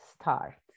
start